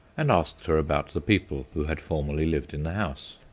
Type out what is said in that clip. and asked her about the people who had formerly lived in the house.